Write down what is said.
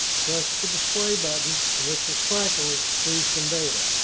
press the display button and this will cycle through some data.